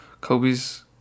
Kobe's